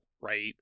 Right